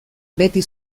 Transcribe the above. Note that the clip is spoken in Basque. beti